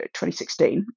2016